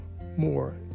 more